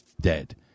dead